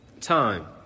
time